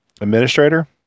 administrator